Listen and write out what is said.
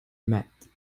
met